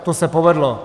To se povedlo.